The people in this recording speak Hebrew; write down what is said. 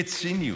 בציניות.